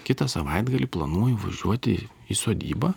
kitą savaitgalį planuoju važiuoti į sodybą